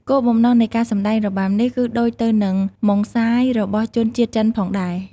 គោលបំណងនៃការសម្ដែងរបាំនេះ គឺដូចទៅនឹងម៉ុងសាយរបស់ជនជាតិចិនផងដែរ។